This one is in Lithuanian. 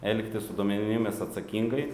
elgtis su duomenimis atsakingai